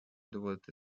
доводити